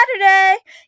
Saturday